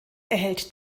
erhält